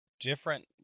different